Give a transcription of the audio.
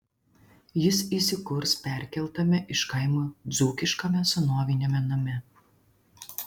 jis įsikurs perkeltame iš kaimo dzūkiškame senoviniame name